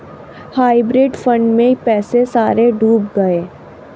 hybrid fund में पैसे सारे डूब गए